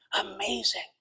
amazing